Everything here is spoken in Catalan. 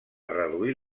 reduir